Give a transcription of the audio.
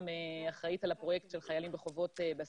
אחראית על הפרויקט של חיילים בחובות בסיוע המשפטי.